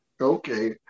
Okay